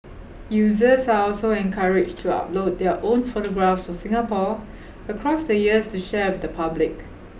users are also encouraged to upload their own photographs of Singapore across the years to share with the public